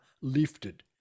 lifted